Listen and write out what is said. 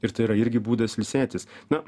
ir tai yra irgi būdas ilsėtis na